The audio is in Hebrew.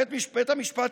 בית המשפט,